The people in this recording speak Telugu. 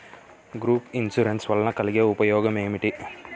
గ్రూప్ ఇన్సూరెన్స్ వలన కలిగే ఉపయోగమేమిటీ?